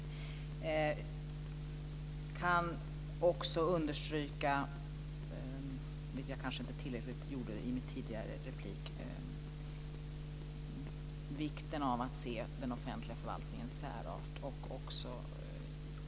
Jag kan också understryka, vilket jag kanske inte gjorde tillräckligt i min tidigare replik, vikten av att se den offentliga förvaltningens särart.